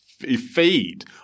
feed